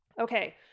Okay